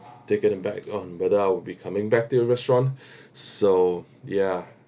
taken aback on whether I'll be coming back to your restaurant so ya